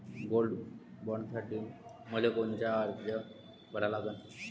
Gold बॉण्डसाठी मले कोनचा अर्ज भरा लागन?